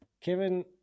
kevin